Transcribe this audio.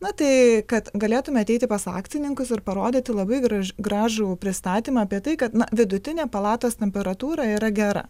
na tai kad galėtume ateiti pas akcininkus ir parodyti labai graž gražų pristatymą apie tai kad na vidutinė palatos temperatūra yra gera